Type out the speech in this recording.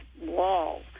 wall